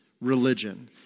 religion